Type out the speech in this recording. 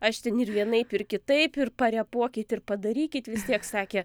aš ten ir vienaip ir kitaip ir parepuokit ir padarykit vis tiek sakė